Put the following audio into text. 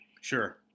Sure